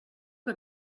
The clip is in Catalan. que